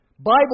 Bible